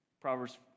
Proverbs